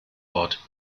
wort